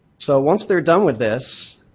so once they're done with this,